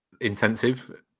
intensive